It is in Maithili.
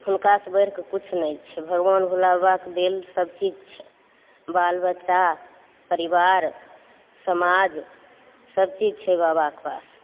हुनकासँ बढ़िकऽ किछु नहि छै भगवान भोले बाबाके देन सभचीज छै बाल बच्चा परिवार समाज सभचीज छै बाबाके पास